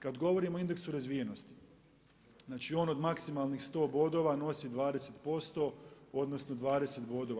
Kad govorimo o indeksu razvijenosti, znači on od maksimalnih 100 bodova nosi 20%, odnosno 20 bodova.